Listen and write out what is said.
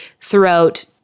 throughout